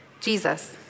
Jesus